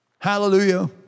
Hallelujah